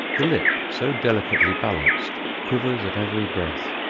the lip, so delicately balanced, quivers at every breath.